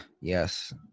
Yes